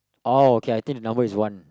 oh okay I think the number is one